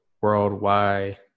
worldwide